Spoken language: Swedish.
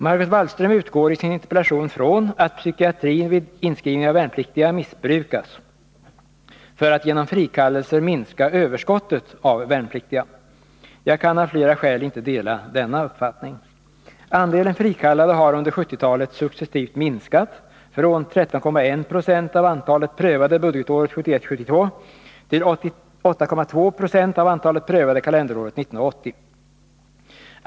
Margot Wallström utgår i sin interpellation från att psykiatrin vid inskrivning av värnpliktiga missbrukas för att genom frikallelser minska överskottet av värnpliktiga. Jag kan av flera skäl inte dela denna uppfattning. Andelen frikallade har under 1970-talet successivt minskat från 13,1 96 av antalet prövade budgetåret 1971/72 till 8,2 96 av antalet prövade kalenderåret 1980.